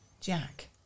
Jack